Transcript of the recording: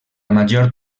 major